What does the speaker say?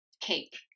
cake